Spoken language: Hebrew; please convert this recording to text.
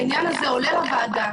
העניין הזה עולה לוועדה,